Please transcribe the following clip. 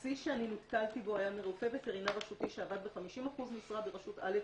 השיא שאני נתקלתי בו היה מרופא ווטרינר רשותי שעבד ב-50% משרה ברשות א',